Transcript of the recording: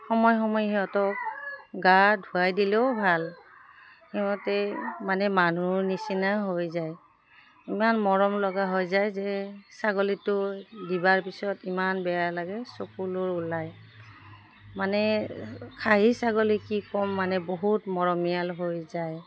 সময় সময় সিহঁতক গা ধুৱাই দিলেও ভাল সিহঁতে মানে মানুহৰ নিচিনা হৈ যায় ইমান মৰম লগা হৈ যায় যে ছাগলীটো দিয়াৰ পিছত ইমান বেয়া লাগে চকুলু ওলাই মানে খাঁহী ছাগলী কি ক'ম মানে বহুত মৰমীয়াল হৈ যায়